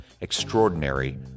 Extraordinary